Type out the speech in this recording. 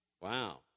Wow